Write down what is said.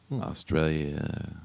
Australia